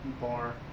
bar